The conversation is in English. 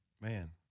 man